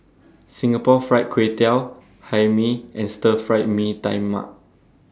Singapore Fried Kway Tiao Hae Mee and Stir Fried Mee Tai Mak